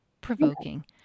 provoking